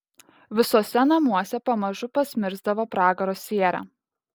visuose namuose pamažu pasmirsdavo pragaro siera